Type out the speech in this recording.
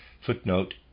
Footnote